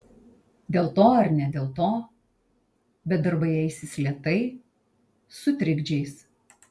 dėl to ar ne dėl to bet darbai eisis lėtai su trikdžiais